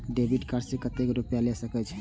Debit card से कतेक रूपया ले सके छै?